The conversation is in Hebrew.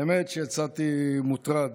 האמת, יצאתי מוטרד.